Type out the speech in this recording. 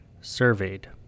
surveyed